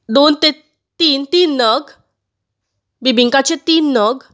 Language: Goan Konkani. दोन ते तीन नग बिबिंकाचे तीन नग